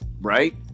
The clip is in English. Right